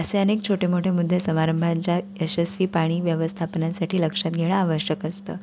असे अनेक छोटे मोठे मुद्दे समारंभांच्या यशस्वी पाणी व्यवस्थापनासाठी लक्षात घेणं आवश्यक असतं